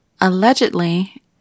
allegedly